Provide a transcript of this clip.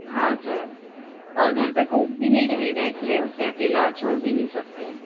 हाँ सर और घर पर कोई भी नहीं रहेगा इसलिए उसे अकेला छोड़ भी नहीं सकते